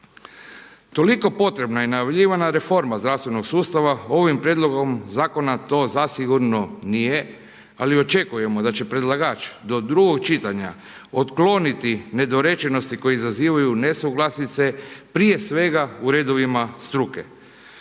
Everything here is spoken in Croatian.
Toliko potrebna i najavljivana reforma zdravstvenog sustava ovim Prijedlogom Zakona to zasigurno nije, ali očekujemo da će predlagač do drugog čitanja otkloniti nedorečenosti koje izazivaju nesuglasice, prije svega u redovima struke.